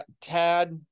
Tad